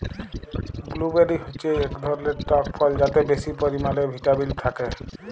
blueberry হচ্যে এক ধরলের টক ফল যাতে বেশি পরিমালে ভিটামিল থাক্যে